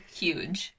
huge